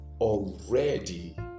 already